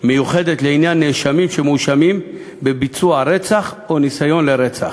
מיוחדת לעניין נאשמים שמואשמים בביצוע רצח או ניסיון לרצח.